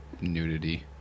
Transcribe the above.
nudity